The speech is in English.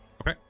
okay